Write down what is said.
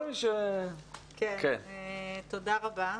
תודה רבה.